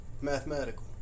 mathematical